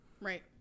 Right